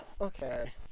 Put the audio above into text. Okay